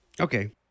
Okay